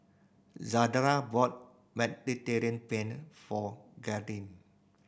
bought Mediterranean Penne for Grayling